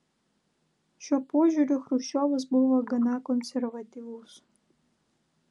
šiuo požiūriu chruščiovas buvo gana konservatyvus